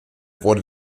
wurde